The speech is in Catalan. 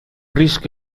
risc